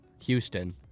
Houston